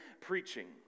preaching